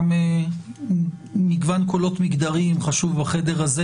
גם מגוון קולות מגדריים חשוב בחדר הזה